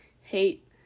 hate